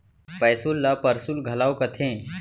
पैसुल ल परसुल घलौ कथें